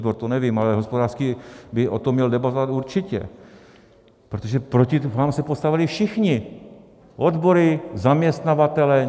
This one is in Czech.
To nevím, ale hospodářský by o tom měl debatovat určitě, protože proti vám se postavili všichni odbory, zaměstnavatelé.